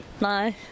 No